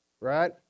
right